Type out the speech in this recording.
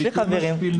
אצל החברים שלי.